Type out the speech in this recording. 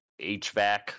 HVAC